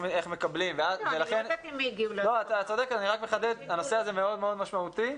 הנושא הזה משמעותי,